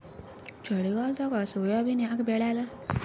ಚಳಿಗಾಲದಾಗ ಸೋಯಾಬಿನ ಯಾಕ ಬೆಳ್ಯಾಲ?